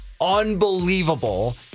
unbelievable